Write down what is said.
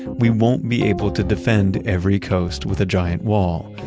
we won't be able to defend every coast with a giant wall.